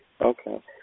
Okay